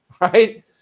right